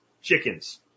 Chickens